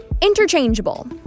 interchangeable